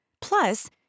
Plus